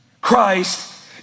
christ